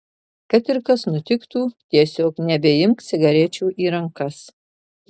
kad ir kas nutiktų tiesiog nebeimk cigarečių į rankas